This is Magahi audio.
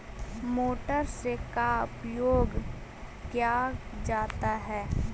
मोटर से का उपयोग क्या जाता है?